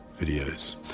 videos